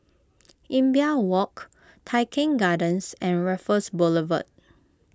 Imbiah Walk Tai Keng Gardens and Raffles Boulevard